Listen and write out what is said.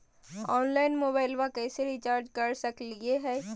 Online मोबाइलबा कैसे recharge कर सकलिए है?